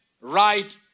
right